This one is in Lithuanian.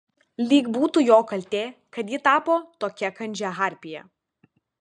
lyg būtų jo kaltė kad ji tapo tokia kandžia harpija